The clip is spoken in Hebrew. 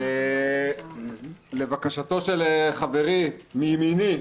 לבקשתו של חברי מימיני,